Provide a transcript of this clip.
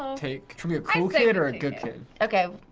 take. should be a cool kid or a good kid? okay.